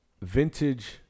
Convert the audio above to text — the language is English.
vintage